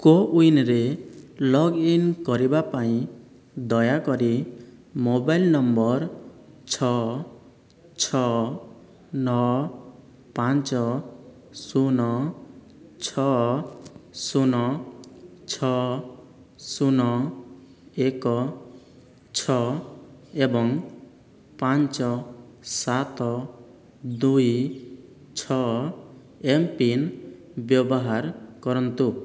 କୋୱିନ୍ରେ log in କରିବା ପାଇଁ ଦୟାକରି ମୋବାଇଲ ନମ୍ବର ଛଅ ଛଅ ନଅ ପାଞ୍ଚ ଶୂନ ଛଅ ଶୂନ ଛଅ ଶୂନ ଏକ ଛଅ ଏବଂ ପାଞ୍ଚ ସାତ ଦୁଇ ଛଅ ଏମ୍ ପିନ୍ ବ୍ୟବହାର କରନ୍ତୁ